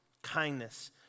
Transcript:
kindness